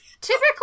typically